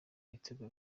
ibitego